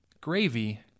gravy